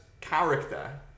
character